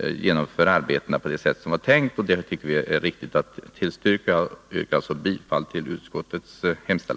genomföra arbetena på det sätt som var tänkt. Det tycker vi är riktigt att tillstyrka. Jag yrkar bifall till utskottets hemställan.